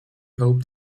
hoped